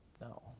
No